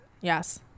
yes